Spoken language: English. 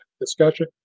discussion